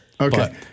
Okay